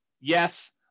Yes